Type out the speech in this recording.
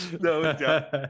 no